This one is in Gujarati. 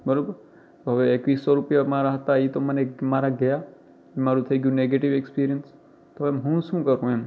બરાબર હવે એકવીસ સો રૂપિયા મારા હતા એ તો મને મારા ગયા મારું થઇ ગયું નૅગેટિવ ઍક્સપિરિયન્સ પણ હું શું કરું એમ